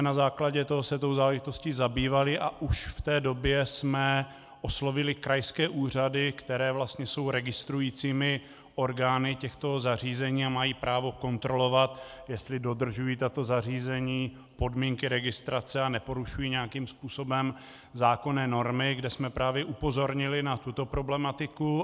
Na základě toho jsme se tou záležitostí zabývali a už v té době jsme oslovili krajské úřady, které jsou vlastně registrujícími orgány těchto zařízení a mají právo kontrolovat, jestli dodržují tato zařízení podmínky registrace a neporušují nějakým způsobem zákonné normy, kde jsme právě upozornili na tuto problematiku.